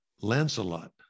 Lancelot